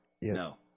No